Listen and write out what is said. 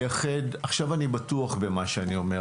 ופה אני בטוח במה שאני אומר